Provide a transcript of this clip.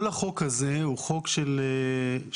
כל החוק הזה הוא חוק של בקרה,